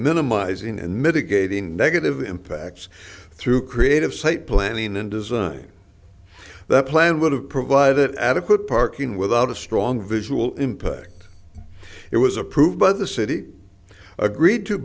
minimizing and mitigating negative impacts through creative site planning and design the plan would have provided adequate parking without a strong visual impact it was approved by the city agreed to